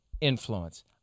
influence